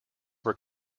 were